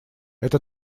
это